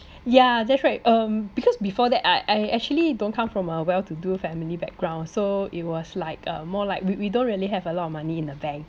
yeah that's right um because before that I I actually don't come from a well to do family background so it was like uh more like we we don't really have a lot of money in the bank